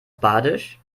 badisch